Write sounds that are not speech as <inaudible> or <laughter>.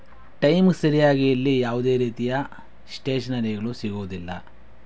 ಟೈಮ್ಗೆ ಸರಿಯಾಗಿ ಇಲ್ಲಿ ಯಾವುದೇ ರೀತಿಯ ಸ್ಟೇಜ್ <unintelligible> ಸಿಗೋದಿಲ್ಲ